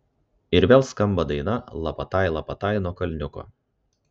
ir vėl skamba daina lapatai lapatai nuo kalniuko